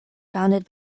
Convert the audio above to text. founded